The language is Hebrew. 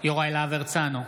יוראי להב הרצנו,